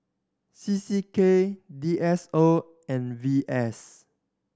C C K D S O and V S